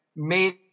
made